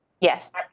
Yes